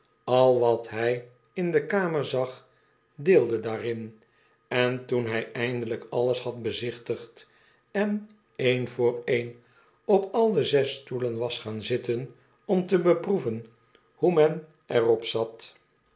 al wat hy in de kamer zag deelde daarin en toen hy eindelyk alles had bezichtigd en een voor een op al de zes stoelen was gaan zitten om te beproeven hoe men er op zat